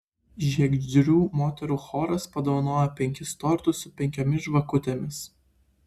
žiegždrių moterų choras padovanojo penkis tortus su penkiomis žvakutėmis